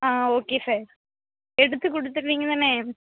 ஆ okay sir எடுத்து கொடுத்துருவீங்க தானே